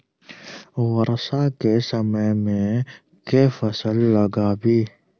वर्षा केँ समय मे केँ फसल लगाबी?